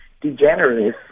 degenerative